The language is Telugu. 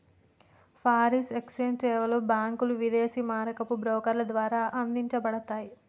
ఫారిన్ ఎక్స్ఛేంజ్ సేవలు బ్యాంకులు, విదేశీ మారకపు బ్రోకర్ల ద్వారా అందించబడతయ్